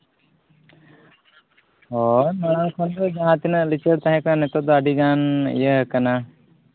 ᱦᱳᱭ ᱢᱟᱬᱟᱝ ᱠᱷᱚᱱ ᱫᱚ ᱡᱟᱦᱟᱸ ᱛᱤᱱᱟᱹᱜ ᱞᱤᱪᱟᱹᱲ ᱛᱟᱦᱮᱸᱠᱟᱱᱟ ᱱᱮᱛᱟᱨ ᱫᱚ ᱟᱹᱰᱤ ᱜᱟᱱ ᱤᱭᱟᱹ ᱠᱟᱱᱟ